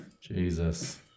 Jesus